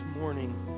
morning